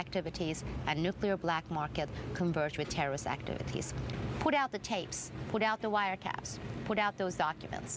activities and nuclear black market converse with terrorist activities put out the tapes put out the wiretaps put out those documents